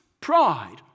pride